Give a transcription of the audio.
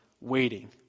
waiting